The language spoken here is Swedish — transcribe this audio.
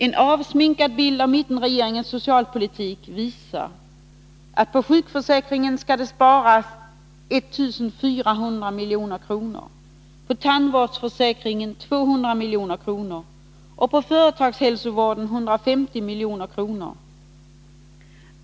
En avsminkad bild av mittenregeringens socialpolitik visar att det på sjukförsäkringen skall sparas 1 400 miljoner, på tandvårdsförsäkringen 200 miljoner och på företagshälsovården 150 miljoner.